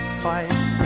twice